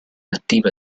attiva